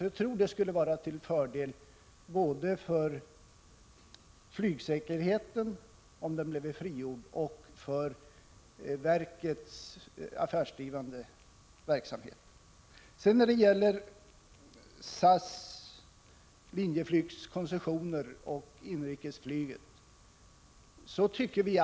Detta skulle vara till fördel både för flygsäkerheten och för verkets affärsdrivande verksamhet. När det gäller SAS och Linjeflygs koncessioner och inrikesflyget är det 11 Prot.